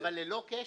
אבל ללא קשר,